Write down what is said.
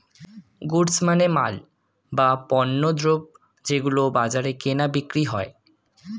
goods মানে মাল, বা পণ্যদ্রব যেগুলো বাজারে কেনা বিক্রি হয়